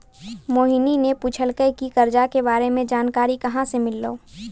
मोहिनी ने पूछलकै की करजा के बारे मे जानकारी कहाँ से मिल्हौं